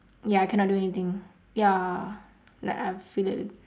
ya cannot do anything ya like I feel